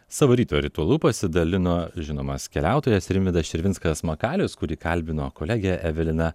savo ryto ritualu pasidalino žinomas keliautojas rimvydas širvinskas makalius kurį kalbino kolegė evelina